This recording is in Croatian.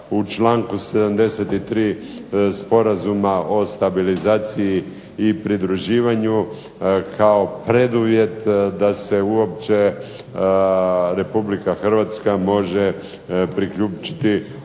u članku 73. Sporazuma o stabilizaciji i pridruživanju kao preduvjet da se uopće Republika Hrvatska može priključiti